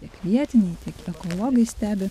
tiek vietiniai tiek ir ekologai stebi